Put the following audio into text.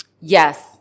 Yes